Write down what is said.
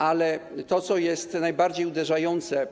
Ale to, co jest najbardziej uderzające.